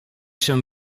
się